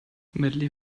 medley